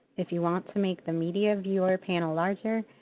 if you want to make the media viewer panel larger,